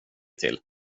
till